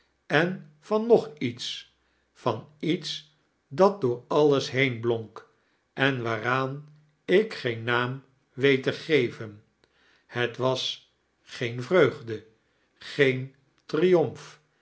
en van nog iets van iets dat door alles heen blonk ein waaraan ik geen naam weet te geven het was geen vreugde geen tiriomf